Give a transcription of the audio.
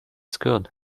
skirt